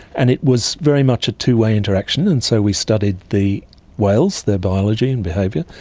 and it was very much a two-way interaction, and so we studied the whales, their biology and behaviour,